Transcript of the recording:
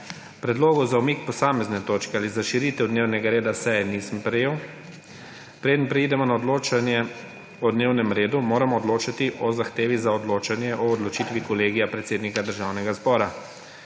Predlogov za umik posamezne točke ali za širitev dnevnega reda seje nisem prejel. Preden preidemo na odločanje o dnevnem redu, moramo odločiti o zahtevi za odločanje o odločitvi Kolegija predsednika Državnega zbora.